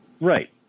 Right